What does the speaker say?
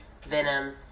venom